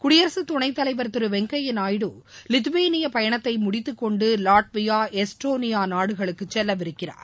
குடியரசுத் துணைத்தலைவர் திரு வெங்கைப்யா நாயுடு லித்துவேனியா பயணத்தை மூடித்துக்கொண்டு லாட்வியா எஸ்டோனியோ நாடுகளுக்கு செல்லவிருக்கிறார்